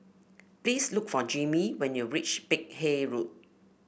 please look for Jimmy when you reach Peck Hay Road